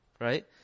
right